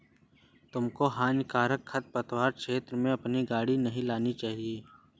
तुमको हानिकारक खरपतवार क्षेत्र से अपनी गाड़ी नहीं लानी चाहिए थी